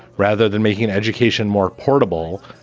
rather than making education more portable,